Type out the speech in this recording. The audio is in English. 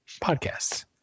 podcasts